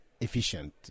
efficient